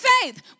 faith